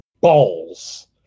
balls